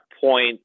point